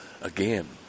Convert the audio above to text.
Again